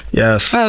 yes.